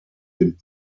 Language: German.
den